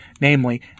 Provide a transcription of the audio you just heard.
namely